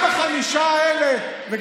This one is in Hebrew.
וגם בחמש האלה,